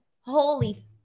holy